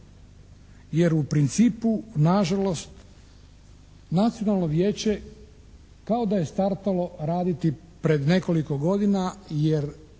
Jer u principu nažalost Nacionalno vijeće kao da se startalo raditi pred nekoliko godina jer